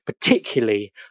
particularly